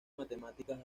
matemáticas